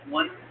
one